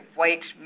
white